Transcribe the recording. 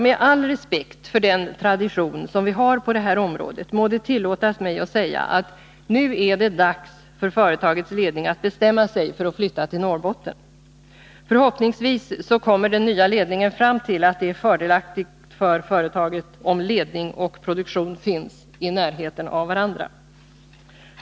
Med all respekt för den tradition vi har på det här området må det tillåtas mig att säga, att nu är det dags för företagets ledning att bestämma sig för att flytta till Norrbotten. Förhoppningsvis kommer den nya ledningen fram till att det är fördelaktigt för företaget, om ledning och produktion finns i närheten av varandra.